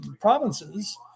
provinces